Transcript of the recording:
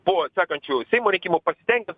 po sekančių seimo rinkimų pasitenkins